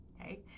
Okay